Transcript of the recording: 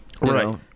right